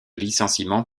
licenciement